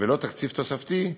ולא תקציב תוספתי,